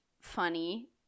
funny